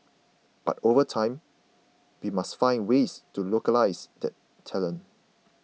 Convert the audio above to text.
but over time we must find ways to localise that talent